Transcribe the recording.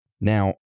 Now